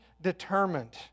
determined